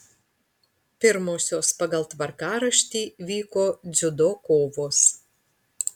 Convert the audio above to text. pirmosios pagal tvarkaraštį vyko dziudo kovos